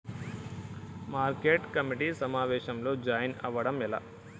Market committee సమావేశంలో join అవ్వడం ఎలా?